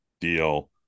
deal